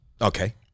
Okay